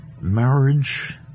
marriage